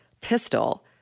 pistol